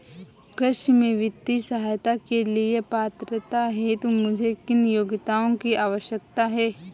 कृषि में वित्तीय सहायता के लिए पात्रता हेतु मुझे किन योग्यताओं की आवश्यकता है?